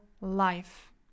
life